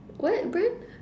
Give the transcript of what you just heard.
what brand